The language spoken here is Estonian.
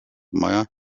maja